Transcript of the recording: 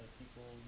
people